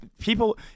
People